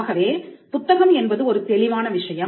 ஆகவே புத்தகம் என்பது ஒரு தெளிவான விஷயம்